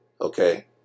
okay